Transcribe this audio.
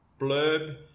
blurb